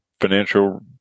financial